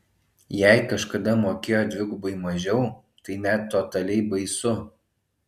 jei kažkada mokėjo dvigubai mažiau tai net totaliai baisu